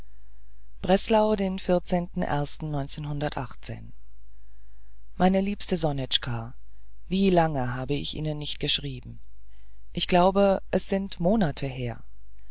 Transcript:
breslau den meine liebste sonitschka wie lange habe ich ihnen nicht geschrieben ich glaube es sind monate her